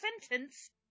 sentence